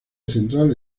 central